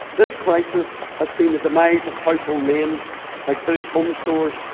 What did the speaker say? this crisis has seen the demise of household names like british home stores,